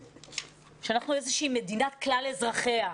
שאנחנו איזושהי מדינת כלל אזרחיה,